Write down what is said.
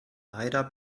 leider